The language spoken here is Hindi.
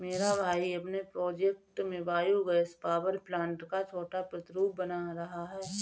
मेरा भाई अपने प्रोजेक्ट में बायो गैस पावर प्लांट का छोटा प्रतिरूप बना रहा है